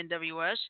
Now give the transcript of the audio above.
NWS